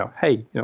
hey